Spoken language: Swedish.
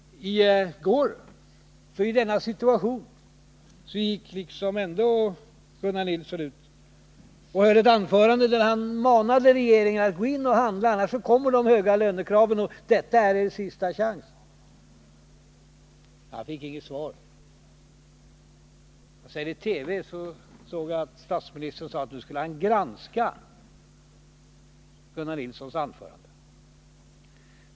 I går, i denna situation, höll ändå Gunnar Nilsson ett anförande där han manade regeringen att gå in och handla. Annars kommer de höga lönekraven. Detta är en sista chans. Han fick inget svar. I TV hörde jag sedan statsministern säga att han skulle granska Gunnar Nilssons anförande.